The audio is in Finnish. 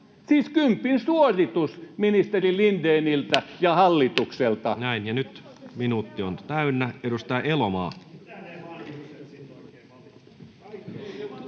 Siis kympin suoritus ministeri Lindéniltä [Puhemies